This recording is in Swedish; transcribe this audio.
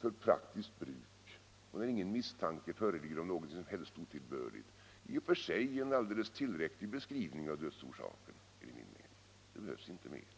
för praktiskt bruk, och när ingen misstanke förekommer om något som helst otillbörligt, i och för sig en alldeles tillräcklig beskrivning av dödsorsaken, enligt min mening. Det behövs inte mer.